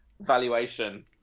valuation